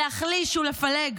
להחליש ולפלג.